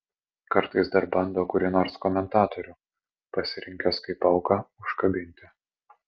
kartais dar bando kurį nors komentatorių pasirinkęs kaip auką užkabinti